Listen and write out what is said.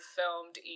filmed